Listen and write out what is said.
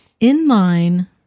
inline